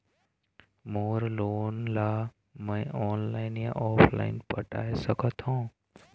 मोर loan ला मैं online या ऑफलाइन पटाए सकथों?